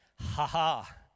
Ha-ha